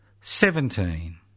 seventeen